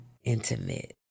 intimate